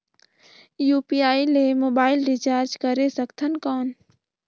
UPI ले mobile recharge करे सकथन कौन?